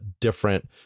different